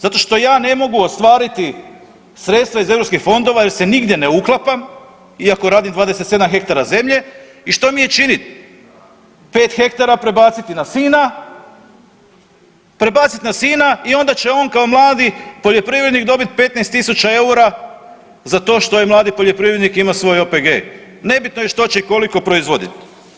Zato što ja ne mogu ostvariti sredstva iz EU fondova jer se nigdje ne uklapam iako radim 27 hektara zemlje i što mi je činiti, 5 hektara prebaciti na sina, prebacit na sina i onda će on kao mladi poljoprivrednik dobiti 15.000 EUR-a za to što je mladi poljoprivrednik i ima svoj OPG, nebitno je što će koliko proizvodit.